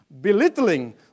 belittling